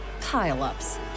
pile-ups